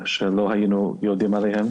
אנשים שלא היינו יודעים עליהם